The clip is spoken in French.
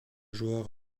joueurs